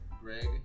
Greg